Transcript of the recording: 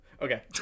Okay